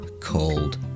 cold